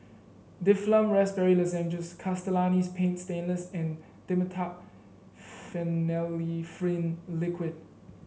Difflam Raspberry Lozenges Castellani's Paint Stainless and Dimetapp Phenylephrine Liquid